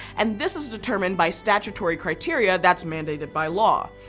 and this is determined by statutory criteria that's mandated by law.